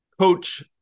coach